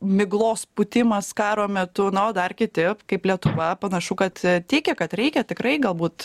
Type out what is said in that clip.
miglos pūtimas karo metu na o dar kiti kaip lietuva panašu kad tiki kad reikia tikrai galbūt